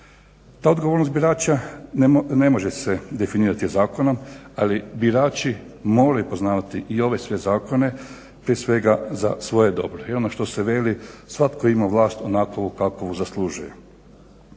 Ta odgovornost birača ne može se definirati zakonom ali birači moraju poznavati i ove sve zakone prije svega za svoje dobro. I ono što se veli svatko ima vlast onakvu kakvu zaslužuje.